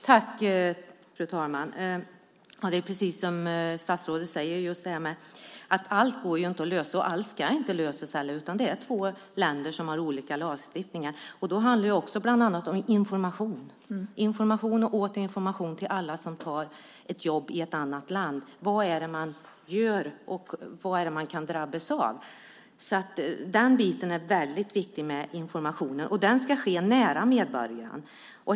Fru talman! Som statsrådet säger går inte allt att lösa och ska inte heller lösas, för det är två länder som har olika lagstiftningar. Det handlar om information och åter information till alla som tar ett jobb i ett annat land om vad man kan drabbas av. Informationen är väldigt viktig, och den ska ske nära medborgaren.